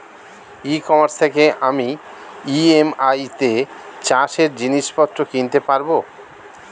ই commerce থেকে আমি EMI তে চাষে জিনিসপত্র কিনতে পারব?